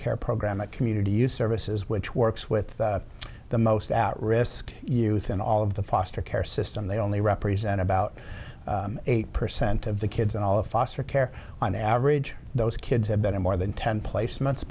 care program a community youth services which works with the most at risk youth in all of the foster care system they only represent about eight percent of the kids and all of foster care on average those kids have been in more than ten placements